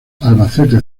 albacete